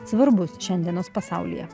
svarbus šiandienos pasaulyje